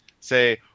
say